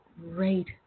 great